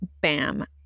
bam